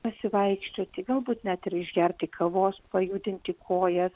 pasivaikščioti galbūt net ir išgerti kavos pajudinti kojas